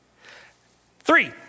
Three